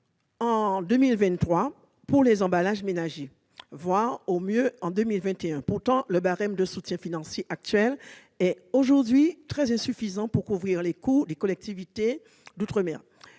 en 2023 pour les emballages ménagers, voire, au mieux, en 2021. Pourtant, le barème de soutien financier actuel est très insuffisant pour couvrir les coûts des collectivités d'outre-mer.